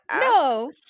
no